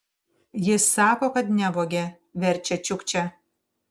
jis sako kad nevogė verčia čiukčia